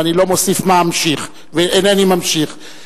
ואינני ממשיך.